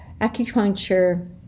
acupuncture